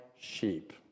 sheep